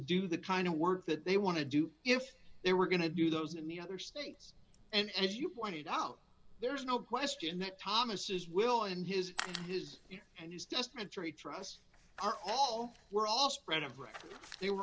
do the kind of work that they want to do if they were going to do those and the other states and as you pointed out there is no question that thomas is will and his his and his doesn't he trusts are all we're all spread of are they were